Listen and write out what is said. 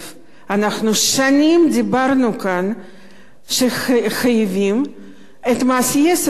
אנחנו שנים דיברנו כאן שחייבים מס יסף במדינה.